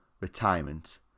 retirement